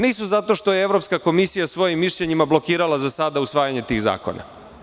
Nisu zato što je Evropska komisija svojim mišljenjima blokirala za sada usvajanje tih zakona.